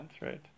right